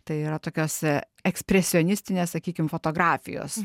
tai yra tokios ekspresionistinės sakykim fotografijos